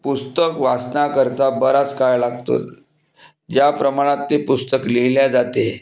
पुस्तक वाचण्याकरिता बराच काळ लागतो ज्याप्रमाणात ते पुस्तक लिहिले जाते